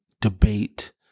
debate